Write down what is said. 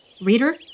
Reader